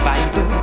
Bible